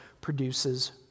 produces